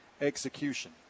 execution